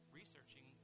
researching